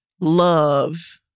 love